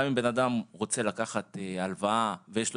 גם אם בן אדם רוצה לקחת הלוואה ויש לו